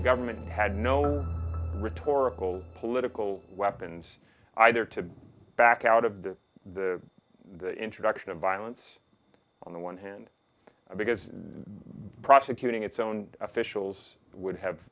the government had no rhetorical political weapons either to back out of the the the introduction of violence on the one hand because prosecuting its own officials would have